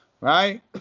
Right